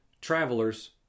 travelers